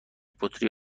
بطری